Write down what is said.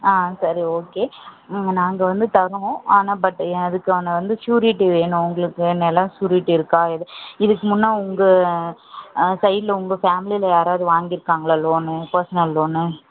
சரி ஓகே நாங்கள் வந்து தறோம் ஆனால் பட் அதற்கான வந்த ஷ்யூரிட்டி வேணும் உங்களுக்கு நிலம் ஷ்யூரிட்டி இருக்கா இதுக்கு முன்னம் உங்கள் சைட்ல உங்கள் ஃபேமிலியில யாராவது வாங்கிருக்காங்கலாம் லோன்னு பர்ஷனல் லோன்னு